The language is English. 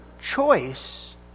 choice